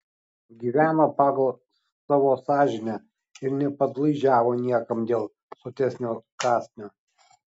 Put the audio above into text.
gyveno pagal savo sąžinę ir nepadlaižiavo niekam dėl sotesnio kąsnio